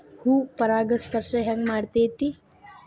ಹೂ ಪರಾಗಸ್ಪರ್ಶ ಹೆಂಗ್ ಮಾಡ್ತೆತಿ?